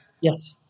Yes